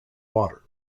water